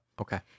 okay